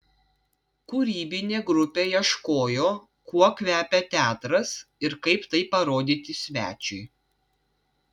kūrybinė grupė ieškojo kuo kvepia teatras ir kaip tai parodyti svečiui